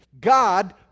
God